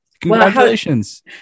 congratulations